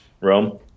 Rome